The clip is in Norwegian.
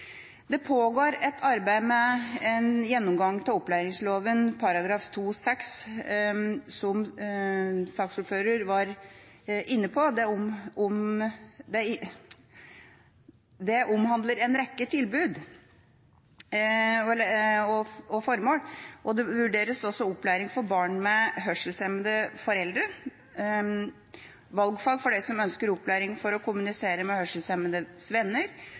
Det pågår et arbeid med en gjennomgang av opplæringsloven § 2-6, som saksordføreren var inne på, og det omhandler en rekke tilbud og formål. Det vurderes også opplæring for barn med hørselshemmede foreldre, valgfag for dem som ønsker opplæring for å kommunisere med hørselshemmede